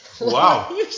wow